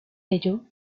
ello